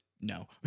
no